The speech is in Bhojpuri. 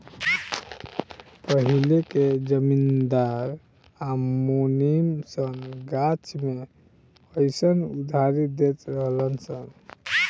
पहिले के जमींदार आ मुनीम सन गाछ मे अयीसन उधारी देत रहलन सन